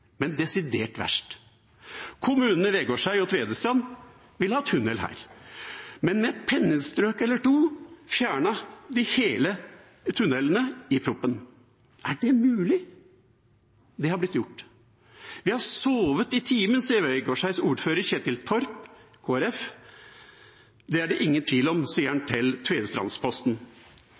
men desidert verst. Kommunene Vegårdshei og Tvedestrand vil ha tunnel her, men med et pennestrøk eller to fjernet man tunnelene i proposisjonen. Er det mulig? Det har blitt gjort. Vi har sovet i timen, sier Vegårdsheis ordfører Kjetil Torp fra Kristelig Folkeparti – det er det ingen tvil om, sier han til Tvedestrandsposten.